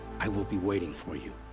i will be waiting for you.